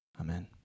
Amen